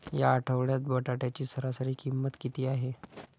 या आठवड्यात बटाट्याची सरासरी किंमत किती आहे?